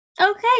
okay